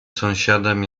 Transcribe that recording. sąsiadem